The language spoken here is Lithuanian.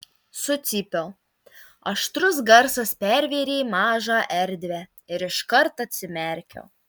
sucypiau aštrus garsas pervėrė mažą erdvę ir iškart atsimerkiau